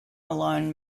alone